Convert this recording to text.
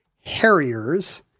Harriers